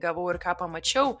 gavau ir ką pamačiau